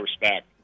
respect